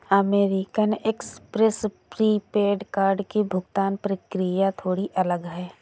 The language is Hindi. अमेरिकन एक्सप्रेस प्रीपेड कार्ड की भुगतान प्रक्रिया थोड़ी अलग है